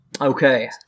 okay